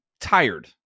tired